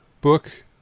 book